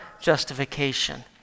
justification